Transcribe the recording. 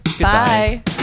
bye